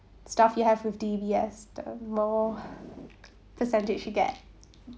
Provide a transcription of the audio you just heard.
stuff you have with D_B_S the more percentage you get